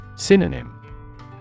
Synonym